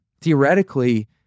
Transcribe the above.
Theoretically